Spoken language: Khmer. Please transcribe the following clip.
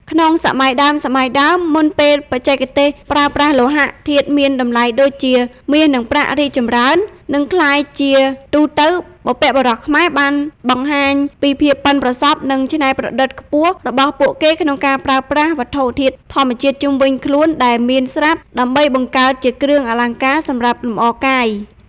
ក្នុងសម័យដើមៗ មុនពេលបច្ចេកទេសប្រើប្រាស់លោហៈធាតុមានតម្លៃដូចជា មាស និងប្រាក់ រីកចម្រើន និងក្លាយជាទូទៅ បុព្វបុរសខ្មែរបានបង្ហាញពីភាពប៉ិនប្រសប់ និងច្នៃប្រឌិតខ្ពស់របស់ពួកគេក្នុងការប្រើប្រាស់ វត្ថុធាតុធម្មជាតិជុំវិញខ្លួនដែលមានស្រាប់ ដើម្បីបង្កើតជាគ្រឿងអលង្ការសម្រាប់លម្អកាយ។